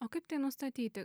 o kaip tai nustatyti